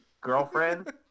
girlfriend